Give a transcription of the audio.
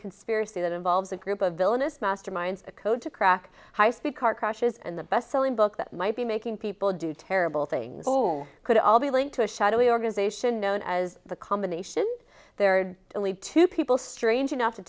conspiracy that involves a group of villainous masterminds a code to crack high speed card crushes and the bestselling book that might be making people do terrible things could all be linked to a shadowy organization known as the combination there are only two people strange enough to